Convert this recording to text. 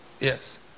yes